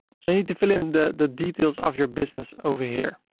so you need to fill in the the details of your business over here.